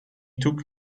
took